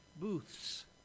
booths